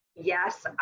yes